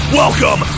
welcome